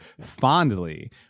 fondly